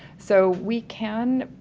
so we can,